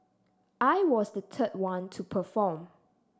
I was the third one to perform